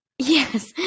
Yes